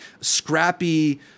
scrappy